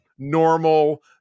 normal